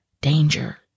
danger